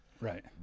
Right